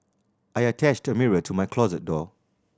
I attached a mirror to my closet door